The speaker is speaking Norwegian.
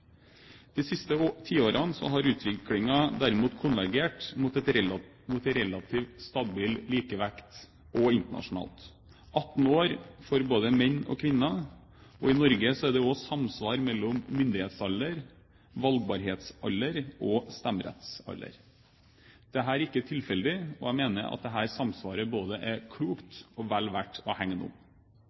De siste tiårene har utviklingen derimot konvergert mot en relativt stabil likevekt, også internasjonalt – 18 år for både menn og kvinner. I Norge er det samsvar mellom myndighetsalder, valgbarhetsalder og stemmerettsalder. Dette er ikke tilfeldig, og jeg mener at dette samsvaret både er klokt og vel verdt å